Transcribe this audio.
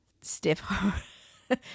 stiff